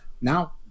Now